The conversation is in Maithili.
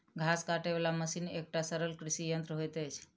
घास काटय बला मशीन एकटा सरल कृषि यंत्र होइत अछि